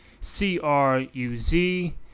C-R-U-Z